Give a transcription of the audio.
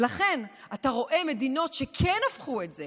ולכן אתה רואה מדינות שכן הפכו את זה